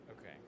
Okay